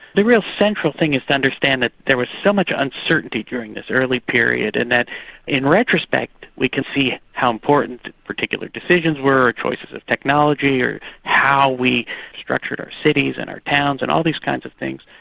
the real central thing is to understand that there was so much uncertainty during this early period, and that in retrospect we can see how important particular decisions were, or choices of technology, or how we structured our cities and our towns, and all these kinds of things.